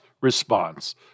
Response